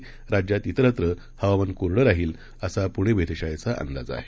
तर राज्यात तिरत्र हवामान कोरडं राहील असा पुणे वेधशाळेचा अंदाज आहे